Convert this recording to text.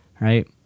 right